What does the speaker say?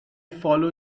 follow